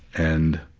and,